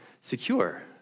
secure